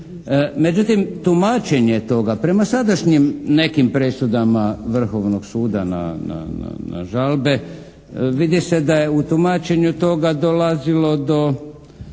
Međutim, tumačenje toga prema sadašnjim nekim presudama Vrhovnog suda na žalbe, vidi se da je u tumačenju toga dolazilo do